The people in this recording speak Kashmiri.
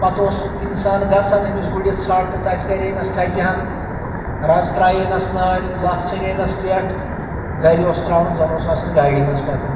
پتہٕ اوس انسان گژھان أمِس گُرِس ژھانٛڈنہِ تتہِ کرے نس تھپہِ ہن رز ترایے نس نٲلۍ لتھ ژھنینس پٮ۪ٹھ گرِ اوس تراوان زنہٕ اوس آسان گاڑِ منٛز پکان